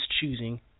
choosing